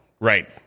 Right